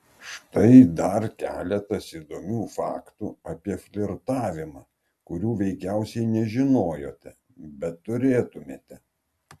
štai dar keletas įdomių faktų apie flirtavimą kurių veikiausiai nežinojote bet turėtumėte